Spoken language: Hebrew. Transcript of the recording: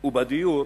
ובדיור,